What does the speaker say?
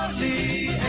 the